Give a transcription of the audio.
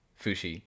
Fushi